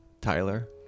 Tyler